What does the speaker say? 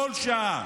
כל שעה.